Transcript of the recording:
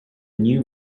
new